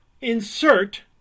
insert